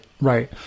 right